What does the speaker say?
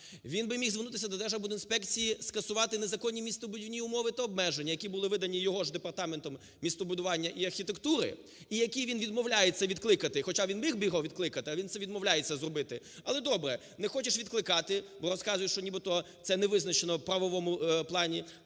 Він би міг звернутися до Держархбудінспекції скасувати незаконні містобудівні умови та обмеження, які були видані його ж Департаментом містобудування і архітектури, і які він відмовляється відкликати, хоча він міг би його відкликати, а він це відмовляється зробити. Але добре, не хочеш відкликати, бо розказує, що нібито це не визначено в правовому плані,